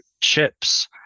chips